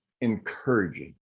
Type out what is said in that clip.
encouraging